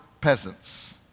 peasants